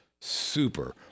super